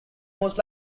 most